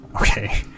Okay